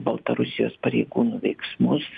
baltarusijos pareigūnų veiksmus